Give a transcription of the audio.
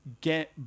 get